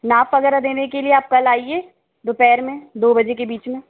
नाप वगैरह देने के लिए आप कल आइये दोपहर में दो बजे के बीच में